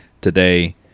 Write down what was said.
today